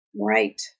Right